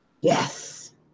yes